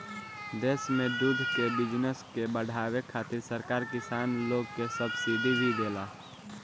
देश में दूध के बिजनस के बाढ़ावे खातिर सरकार किसान लोग के सब्सिडी भी देला